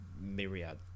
myriad